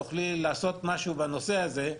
תוכלי לעשות משהו בנושא הזה,